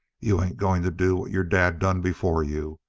you ain't going to do what your dad done before you.